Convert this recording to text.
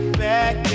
back